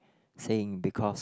saying because